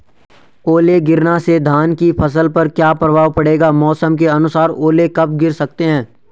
ओले गिरना से धान की फसल पर क्या प्रभाव पड़ेगा मौसम के अनुसार ओले कब गिर सकते हैं?